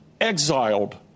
exiled